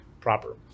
proper